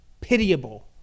pitiable